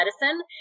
Medicine